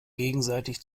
gegenseitig